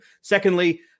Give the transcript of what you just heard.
Secondly